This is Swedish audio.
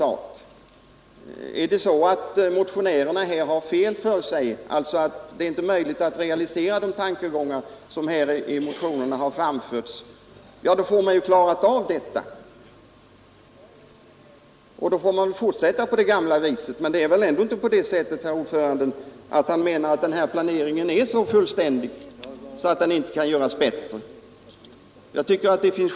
Om det visar sig att det inte är möjligt att realisera de tankegångar som framförts i motionerna, får man ju det klart för sig, och då får man väl fortsätta på det gamla viset. Men herr ordföranden menar väl inte att planeringen är så fullständig att den inte kan göras bättre?